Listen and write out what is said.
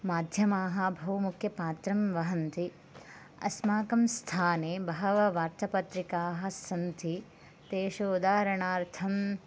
माध्यमाः बहु मुख्यं पात्रं वहन्ति अस्माकं स्थाने बहवः वार्तपत्रिकाः सन्ति तेषु उदाहरणार्थं